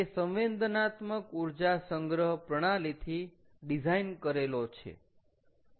તે સંવેદનાત્મક ઊર્જા સંગ્રહ પ્રણાલીથી ડિઝાઇન કરેલો છે